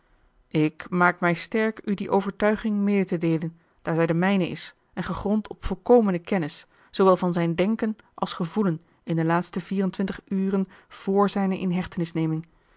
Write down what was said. ik maak mij sterk u die overtuiging mede te deelen daar zij de mijne is en gegrond op volkomene kennis zoowel van zijn denken als gevoelen in de laatste vierentwintig uren vr